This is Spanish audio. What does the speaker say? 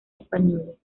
españoles